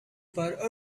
for